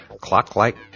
clock-like